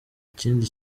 ikindi